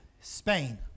Spain